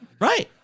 right